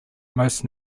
most